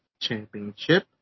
Championship